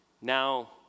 Now